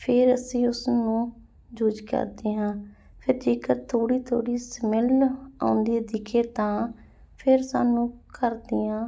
ਫਿਰ ਅਸੀਂ ਉਸਨੂੰ ਜੂਜ ਕਰਦੇ ਹਾਂ ਫਿਰ ਜੇਕਰ ਥੋੜ੍ਹੀ ਥੋੜ੍ਹੀ ਸਮੈਲ ਆਉਂਦੀ ਦਿਖੇ ਤਾਂ ਫਿਰ ਸਾਨੂੰ ਘਰ ਦੀਆਂ